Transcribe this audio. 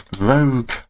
Rogue